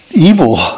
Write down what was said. evil